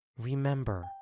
Remember